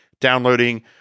downloading